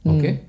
Okay